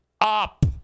up